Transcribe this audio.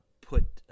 put